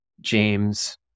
James